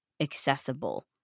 accessible